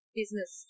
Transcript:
business